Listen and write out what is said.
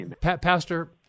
Pastor